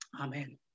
amen